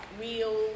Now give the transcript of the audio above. real